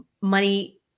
Money